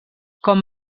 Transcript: com